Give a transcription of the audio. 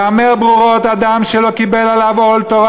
ייאמר ברורות: אדם שלא קיבל עליו עול תורה